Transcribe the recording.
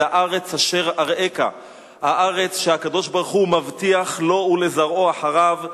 אל הארץ אשר אראך" הארץ שהקדוש-ברוך-הוא מבטיח לו ולזרעו אחריו.